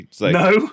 No